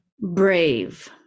brave